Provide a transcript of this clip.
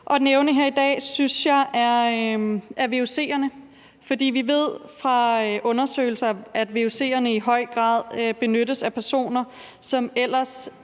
nævne her i dag, synes jeg er vuc'erne. For vi ved fra undersøgelser, at vuc'erne i høj grad benyttes af personer, som ellers